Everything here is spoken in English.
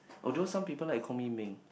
although some people like to call me Meng